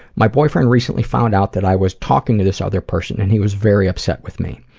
my boyfriend recently found out that i was talking to this other person and he was very upset with me.